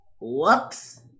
Whoops